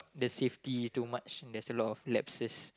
the safety too much there's a lot of lapses